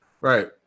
Right